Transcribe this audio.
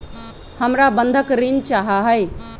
हमरा बंधक ऋण चाहा हई